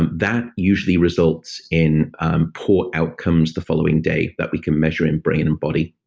and that usually results in poor outcomes the following day that we can measure in brain and body.